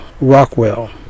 Rockwell